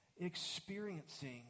experiencing